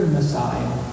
Messiah